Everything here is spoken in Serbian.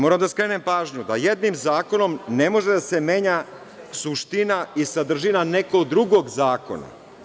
Moram da skrenem pažnju da jednim zakonom ne može da se menja suština i sadržina nekog drugog zakona.